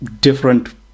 different